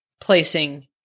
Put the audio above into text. placing